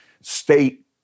state